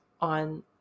on